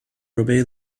robe